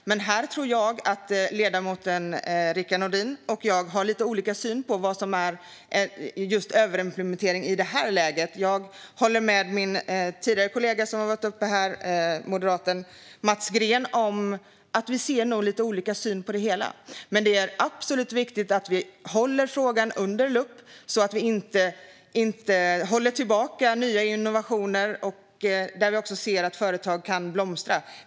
Men jag tror att ledamoten Rickard Nordin och jag har lite olika syn på vad som är överimplementering i det här läget. Jag håller med min tidigare kollega som varit uppe här i talarstolen, moderaten Mats Green, om att vi nog har lite olika syn på det hela. Men det är absolut viktigt att vi håller frågan under lupp, så att vi inte håller tillbaka nya innovationer utan företag kan blomstra.